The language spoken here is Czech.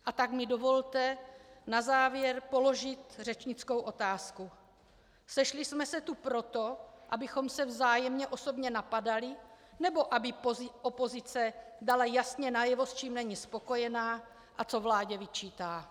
A tak mi dovolte na závěr položit řečnickou otázku: Sešli jsme se tu proto, abychom se vzájemně osobně napadali, nebo aby opozice dala jasně najevo, s čím není spokojená a co vládě vyčítá?